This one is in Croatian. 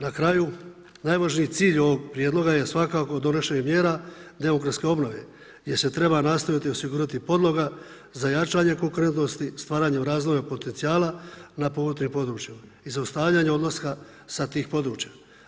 Na kraju, najvažniji cilj ovog Prijedloga je svakako donošenje mjera demografske obnove gdje se treba nastaviti osigurati podloga za jačanje konkurentnosti, stvaranje razvojnog potencijala na potpomognutim područjima i zaustavljanje odlaska sa tih područja.